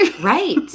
Right